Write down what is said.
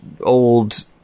old